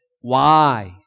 wise